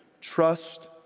Trust